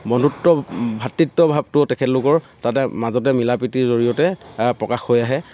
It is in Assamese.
বন্ধুত্ব ভাতৃত্বভাৱটো তেখেতলোকৰ তাতে মাজতে মিলা প্ৰীতিৰ জৰিয়তে প্ৰকাশ হৈ আহে